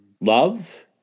love